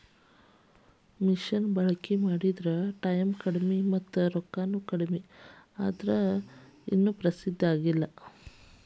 ಮಿಷನ ಬಳಕಿ ಮಾಡಿದ್ರ ಟಾಯಮ್ ಕಡಮಿ ಮತ್ತ ರೊಕ್ಕಾನು ಕಡಮಿ ಆದ್ರ ಇನ್ನು ಪ್ರಸಿದ್ದಿ ಪಡದಿಲ್ಲಾ